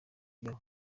ibyo